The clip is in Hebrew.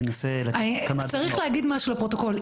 צריך להגיד משהו לפרוטוקול,